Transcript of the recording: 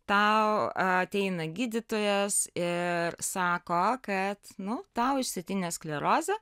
tau ateina gydytojas ir sako kad nu tau išsėtinė sklerozė